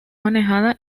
manejada